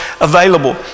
available